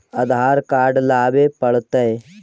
आधार card लाबे पड़तै?